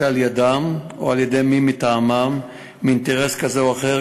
על-ידיהם או על-ידי מי מטעמם מאינטרס כזה או אחר,